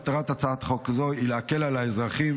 מטרת הצעת חוק זו היא להקל על האזרחים